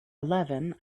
eleven